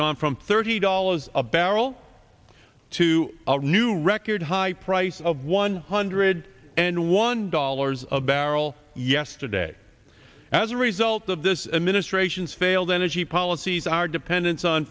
gone from thirty dollars a barrel to new record high price of one hundred and one dollars a barrel yesterday as a result of this administration's failed energy policies our dependence on